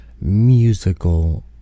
musical